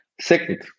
Second